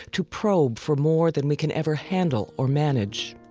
to probe for more than we can ever handle or manage,